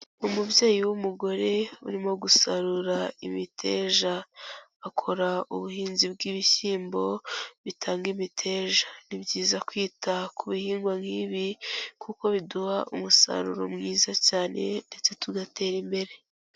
Umubyeyi w'umugore urimo gusarura imiteja, akora ubuhinzi bw'ibishyimbo bitanga imiteja, ni byiza kwita ku bihingwa nk'ibi kuko biduha umusaruro mwiza cyane ndetse tugatera imbere.